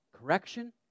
correction